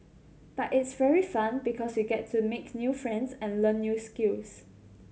but it's very fun because we get to make new friends and learn new skills